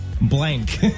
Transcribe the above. Blank